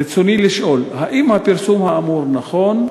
רצוני לשאול: 1. האם הפרסום האמור נכון?